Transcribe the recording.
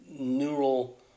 Neural